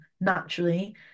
naturally